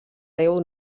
déu